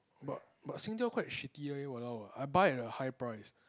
but but Singtel quite shitty leh !walao! I buy at a high price